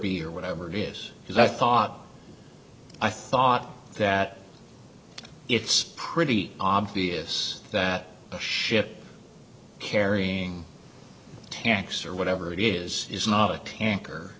or whatever it is because i thought i thought that it's pretty obvious that a ship carrying tanks or whatever it is is not a tanker